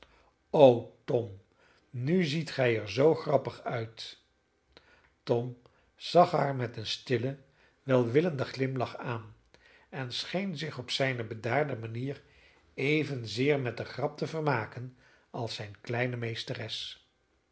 o tom nu ziet gij er zoo grappig uit tom zag haar met een stillen welwillenden glimlach aan en scheen zich op zijne bedaarde manier evenzeer met de grap te vermaken als zijne kleine meesteres